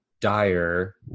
dire